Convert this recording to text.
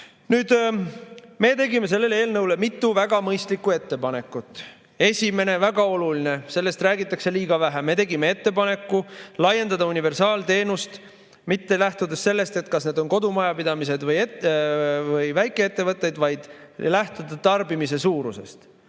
me tegime selle eelnõu kohta mitu väga mõistlikku ettepanekut. Esimene, väga oluline, aga sellest räägitakse liiga vähe: me tegime ettepaneku laiendada universaalteenust mitte lähtudes sellest, kas need on kodumajapidamised või väikeettevõtted, vaid lähtudes tarbimise suurusest.